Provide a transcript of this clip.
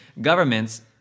Governments